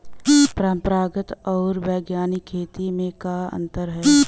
परंपरागत आऊर वैज्ञानिक खेती में का अंतर ह?